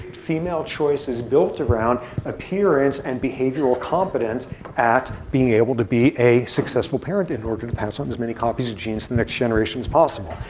female choice is built around appearance and behavioral competence at being able to be a successful parent in order to pass on as many copies of genes to the next generation as possible.